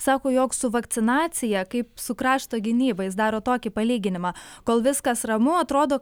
sako jog su vakcinacija kaip su krašto gynyba jis daro tokį palyginimą kol viskas ramu atrodo